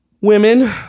women